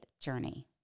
journey